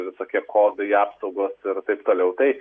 visokie kodai apsaugos ir taip toliau tai